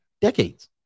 decades